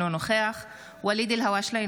אינו נוכח ואליד אלהואשלה,